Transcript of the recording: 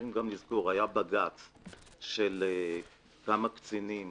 לבג"ץ של כמה קצינים